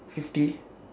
fifty